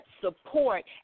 support